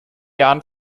jahren